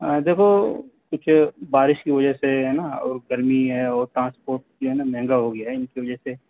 دیکھو کچھ بارش کی وجہ سے ہے نا اور گرمی ہے اور ٹرانسپوٹ جو ہے نا مہنگا ہو گیا ہے ان کی وجہ سے